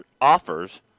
offers